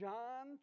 John